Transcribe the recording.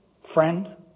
friend